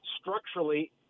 structurally